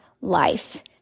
life